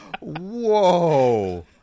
Whoa